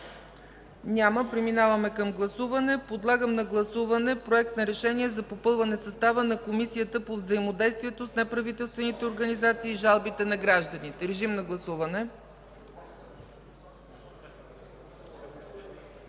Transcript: Няма. Преминаваме към гласуване. Подлагам на гласуване Проекта на решение за попълване състава на Комисията по взаимодействието с неправителствените организации и жалбите на гражданите. Гласували